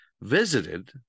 visited